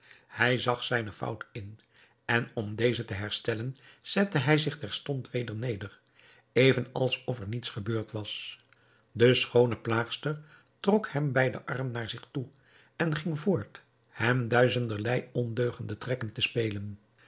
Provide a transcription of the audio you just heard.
hij zag zijne fout in en om deze te herstellen zette hij zich terstond weder neder even als of er niets gebeurd was de schoone plaagster trok hem bij den arm naar zich toe en ging voort hem duizenderlei ondeugende trekken te spelen